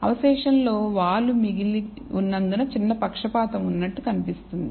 అవశేషం లో వాలు మిగిలి ఉన్నందున చిన్న పక్షపాతం ఉన్నట్లు అనిపిస్తుంది